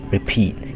Repeat